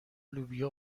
لوبیا